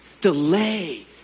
delay